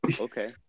okay